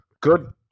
good